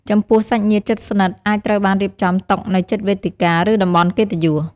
ចំពោះសាច់ញាតិជិតស្និទ្ធអាចត្រូវបានរៀបចំតុនៅជិតវេទិកា ឬតំបន់កិត្តិយស។